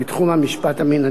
בתחום המשפט המינהלי.